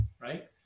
right